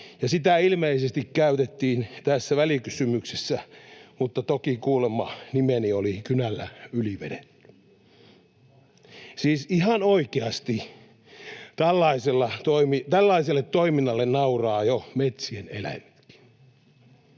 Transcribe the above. sitä ilmeisesti käytettiin tässä välikysymyksessä, mutta toki kuulemma nimeni oli kynällä yli vedetty. Siis ihan oikeasti, tällaiselle toiminnalle nauraa jo metsien eläimetkin.